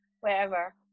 wherever